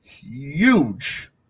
huge